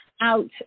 out